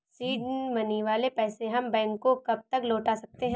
Seed money वाले पैसे हम बैंक को कब तक लौटा सकते हैं?